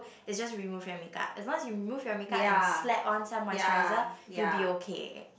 is just remove your make-up as long as you remove your make-up and slap on some moisturizer you will be okay